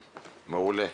מעולה.